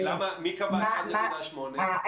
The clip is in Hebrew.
קבע 1.8?